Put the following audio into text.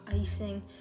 icing